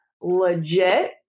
legit